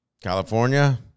California